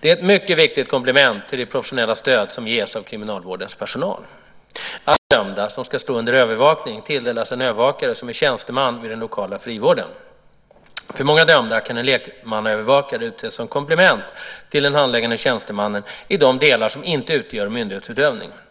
Det är ett mycket viktigt komplement till det professionella stöd som ges av kriminalvårdens personal. Alla dömda som ska stå under övervakning tilldelas en övervakare som är tjänsteman vid den lokala frivården. För många dömda kan en lekmannaövervakare utses som komplement till den handläggande tjänstemannen i de delar som inte utgör myndighetsutövning.